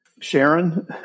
Sharon